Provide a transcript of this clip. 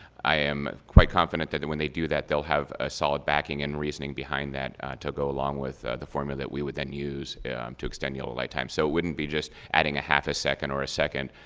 i am quite confident that that when they do that, they'll have a solid backing and reasoning behind that to go along with the formula that we would then use to extend yellow light time. so it wouldn't be just adding a half a second or a second.